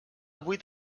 vuit